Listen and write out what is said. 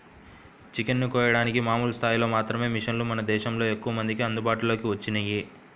chicken ని కోయడానికి మామూలు స్థాయిలో మాత్రమే మిషన్లు మన దేశంలో ఎక్కువమందికి అందుబాటులోకి వచ్చినియ్యి